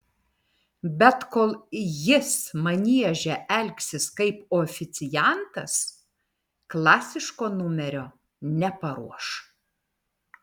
bet kol jis manieže elgsis kaip oficiantas klasiško numerio neparuoš